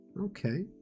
Okay